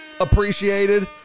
appreciated